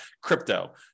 crypto